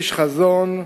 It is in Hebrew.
איש חזון,